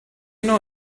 know